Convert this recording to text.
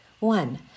One